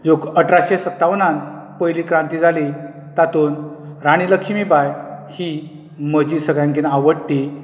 अठराशें सत्तावनान पयली क्रांती जाली तातूंत राणी लक्ष्मीबाय ही म्हजी सगळ्यांकीन आवडटी